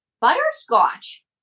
Butterscotch